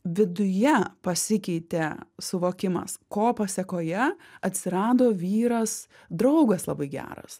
viduje pasikeitė suvokimas ko pasekoje atsirado vyras draugas labai geras